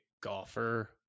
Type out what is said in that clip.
golfer